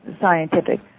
scientific